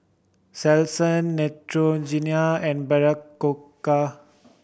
Selsun Neutrogena and Berocca